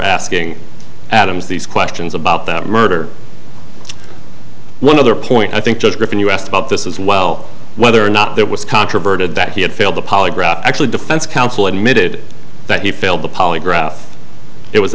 asking adams these questions about that murder one other point i think judge griffin you asked about this as well whether or not there was controverted that he had failed the polygraph actually defense counsel admitted that he failed the polygraph it was